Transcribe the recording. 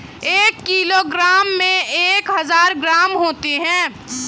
एक किलोग्राम में एक हजार ग्राम होते हैं